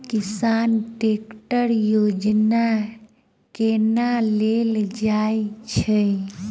किसान ट्रैकटर योजना केना लेल जाय छै?